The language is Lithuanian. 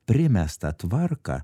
primestą tvarką